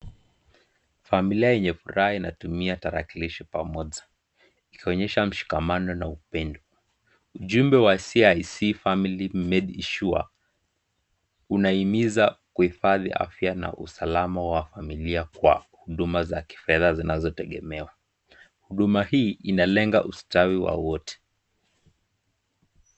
Familia yenye furaha inatumia tarakilishi pamoja ikionyesha mshikamano na upendo. Ujumbe wa CIC Family Medisure unahimiza kuhifadhi afya na usalama wa familia kwa huduma za kifedha zinazotegemewa. Huduma hii inalenga ustawi wa wote.